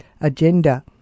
agenda